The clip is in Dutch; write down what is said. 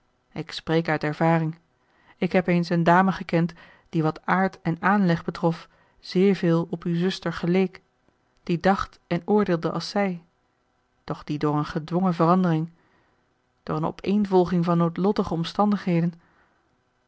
ik spreek uit ervaring ik heb eens een dame gekend die wat aard en aanleg betrof zeer veel op uwe zuster geleek die dacht en oordeelde als zij doch die door een gedwongen verandering door een opeenvolging van noodlottige omstandigheden